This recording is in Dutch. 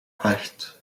acht